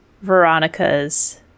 Veronica's